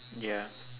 ya